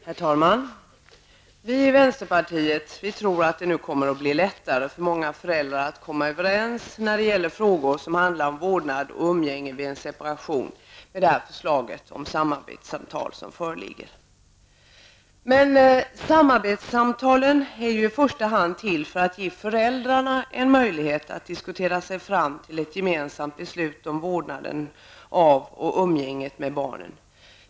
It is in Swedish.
Herr talman! Vi i vänsterpartiet tror att det om det föreliggande förslaget om samarbetsavtal förverkligas kommer att bli lättare för många föräldrar att komma överens när det gäller frågor som handlar om vårdnad och umgänge vid separation. Men samarbetssamtalen är ju i första hand till för att ge föräldrarna en möjlighet att diskutera sig fram till ett gemensamt beslut om vårdnaden av och umgänget med barnen.